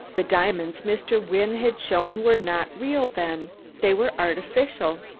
the diamonds mr. wynne had shown were not real, then they were artificial!